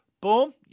Boom